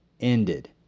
ended